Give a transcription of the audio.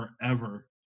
forever